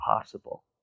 possible